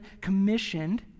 commissioned